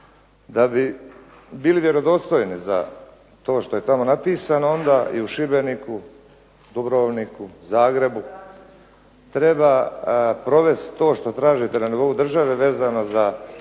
Da bi bili vjerodostojni za to što je tamo napisano onda i u Šibeniku, Dubrovniku, Zagrebu treba provesti to što tražite na nivou države vezano za